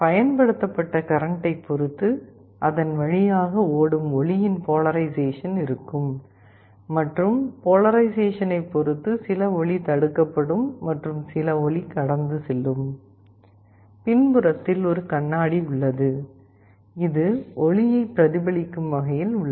பயன்படுத்தப்பட்ட கரண்ட்டைப் பொறுத்து அதன் வழியாக ஓடும் ஒளியின் போலாரைசேஷன் இருக்கும் மற்றும் போலாரைசேஷனைப் பொறுத்து சில ஒளி தடுக்கப்படும் மற்றும் சில ஒளி கடந்து செல்லும் பின்புறத்தில் ஒரு கண்ணாடி உள்ளது இது ஒளியைப் பிரதிபலிக்கும் வகையில் உள்ளது